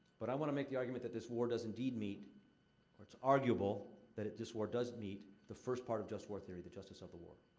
but i wanna make the argument that this war does indeed meet or it's arguable that this war does meet the first part of just war theory, the justice of the war.